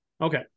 Okay